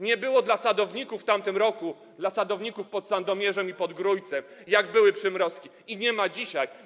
Nie było propozycji dla sadowników w tamtym roku, dla sadowników pod Sandomierzem i pod Grójcem, jak były przymrozki, i nie ma ich dzisiaj.